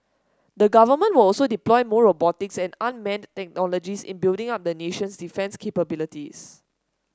the Government will also deploy more robotics and unmanned technologies in building up the nation's defence capabilities